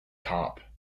cop